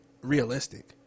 realistic